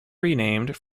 renamed